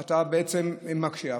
אתה בעצם מקשה.